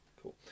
Cool